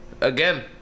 Again